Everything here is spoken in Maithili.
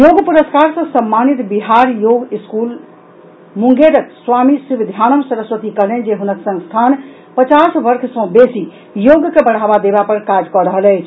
योग पुरस्कार सॅ सम्मानित बिहार योग स्कूल मुंगेरक स्वामी शिवध्यानम सरस्वती कहलनि जे हुनक संस्थान पचास वर्ष सॅ बेसी योग के बढ़ावा देबा पर काज कऽ रहल अछि